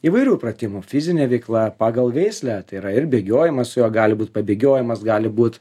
įvairių pratimų fizinė veikla pagal veislę tai yra ir bėgiojimas su juo gali būt pabėgiojimas gali būt